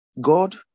God